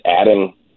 adding